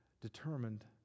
determined